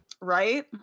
Right